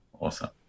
Awesome